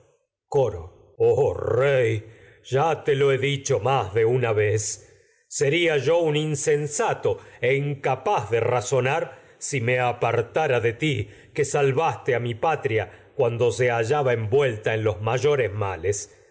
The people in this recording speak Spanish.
sería oh rey ya te lo he dicho más de insensato e una vez yo un de ti incapaz de a razonar si me apar tara que en salvaste mi patria cuando se hallaba envuelta los mayores males